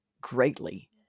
greatly